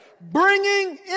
Bringing